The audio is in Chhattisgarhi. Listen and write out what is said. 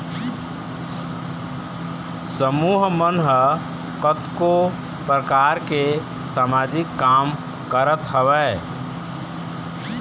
समूह मन ह कतको परकार के समाजिक काम करत हवय